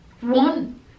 one